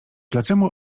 dlaczemu